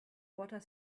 water